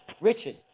Richard